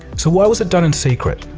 so why was it done in secret?